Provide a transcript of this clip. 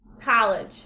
College